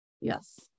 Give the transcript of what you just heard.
Yes